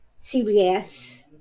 CBS